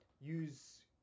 use